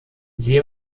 sie